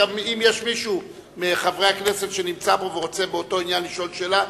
וגם אם יש מישהו מחברי הכנסת שנמצא פה ורוצה באותו עניין לשאול שאלה.